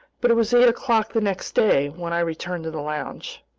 but it was eight o'clock the next day when i returned to the lounge.